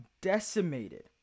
decimated